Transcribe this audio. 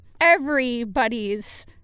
everybody's